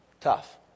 tough